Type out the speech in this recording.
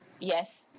Yes